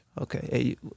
Okay